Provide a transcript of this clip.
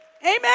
Amen